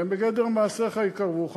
הם בגדר מעשיך יקרבוך,